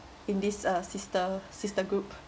in this uh sister sister group